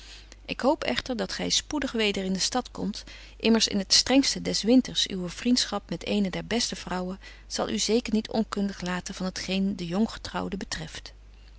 ik hoop echter dat gy spoedig weder in de stad komt immers in het strengste des winters uwe vriendschap met eene der beste vrouwen zal u zeker niet onkundig laten van t geen de jonggetrouwden betreft